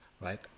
Right